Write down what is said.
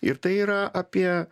ir tai yra apie